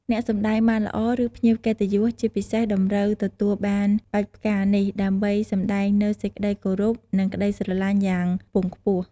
អ្នកសម្តែងបានល្អ ឬភ្ញៀវកិត្តិយសជាពិសេសតម្រូវទទួលបានបាច់ផ្កានេះ ដើម្បីសម្ដែងនូវសេចក្ដីគោរព និងក្តីស្រឡាញ់យ៉ាងខ្ពង់ខ្ពស់។